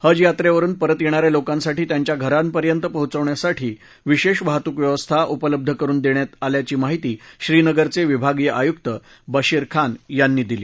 हज यात्रेवरुन परत येणा या लोकांसाठी त्यांच्या घरापर्यंत पोचवण्यासाठी विशेष वाहतुकव्यवस्था उपलब्ध करुन देण्यात आल्याची माहिती श्रीनगरचे विभागीय आयुक्त बशीर खान यांनी दिली